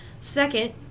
Second